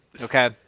okay